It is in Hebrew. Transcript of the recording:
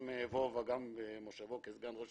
וגם זאב ווה צוק רם ביושבו כסגן ראש